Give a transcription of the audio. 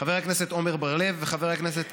חבר הכנסת עמר בר-לב וחבר הכנסת